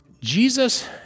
Jesus